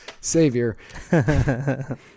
savior